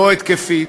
לא התקפית,